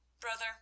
Brother